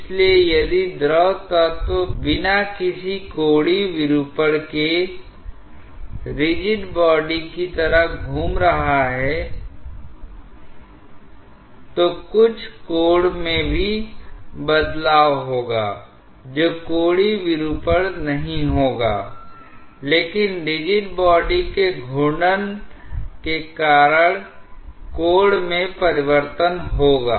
इसलिए यदि द्रव तत्व बिना किसी कोणीय विरूपण के रिजिड बॉडी की तरह घूम रहा है तो कुछ कोण में भी बदलाव होगा जो कोणीय विरूपण नहीं होगा लेकिन रिजिड बॉडी के घूर्णन के कारण कोण में परिवर्तन होगा